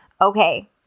Okay